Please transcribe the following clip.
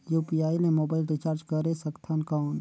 UPI ले mobile recharge करे सकथन कौन?